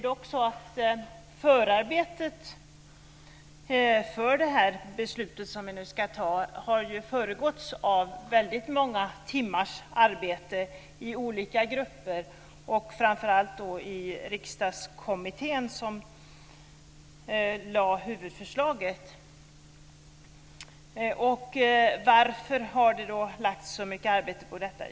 Det beslut som vi nu ska ta har dock föregåtts av väldigt många timmars arbete i olika grupper, och framför allt i Varför har det lagts ned så mycket arbete på detta?